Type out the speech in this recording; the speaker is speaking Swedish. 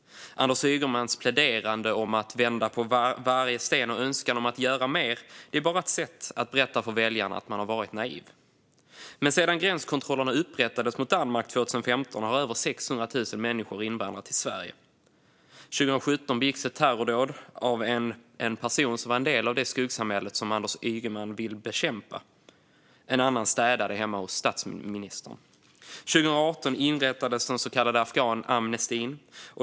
Anders Ygemans pläderande om att vända på varje sten och hans önskan om att göra mer är bara ett sätt att berätta för väljarna att man varit naiv. Men sedan gränskontrollerna upprättades mot Danmark 2015 har över 600 000 människor invandrat till Sverige. År 2017 begicks ett terrordåd av en person som var en del av det skuggsamhälle som Anders Ygeman vill bekämpa. En annan städade hemma hos statsministern. År 2018 inrättades den så kallade afghanamnestin.